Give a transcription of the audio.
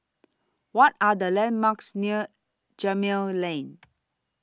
What Are The landmarks near Gemmill Lane